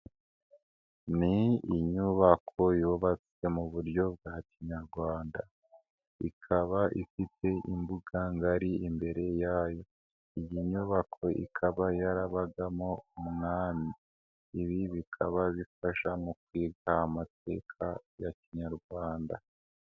Ni inyubako yubatswe mu buryo bwa kinyarwanda. Ikaba ifite imbuga ngari imbere yayo. Iyi nyubako ikaba yarabagamo umwami. Ibi bikaba bifasha mu kwibuka amateka ya kinyarwanda.